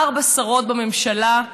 ארבע שרות בממשלה,